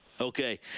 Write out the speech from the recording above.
Okay